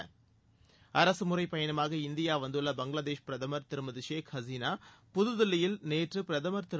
அரகமுறைப் பயணமாக இந்தியா வந்துள்ள பங்களாதேஷ் பிரதமர் திருமதி ஷஷக் ஹசீனா புதுதில்லியில் நேற்று பிரதமர் திரு